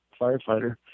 firefighter